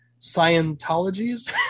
Scientologies